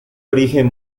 origen